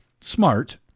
smart